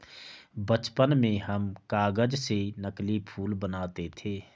बचपन में हम कागज से नकली फूल बनाते थे